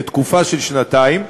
לתקופה של שנתיים.